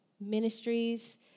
ministries